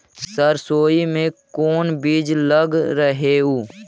सरसोई मे कोन बीज लग रहेउ?